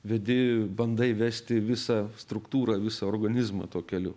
vedi bandai vesti visą struktūrą visą organizmą tuo keliu